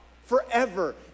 forever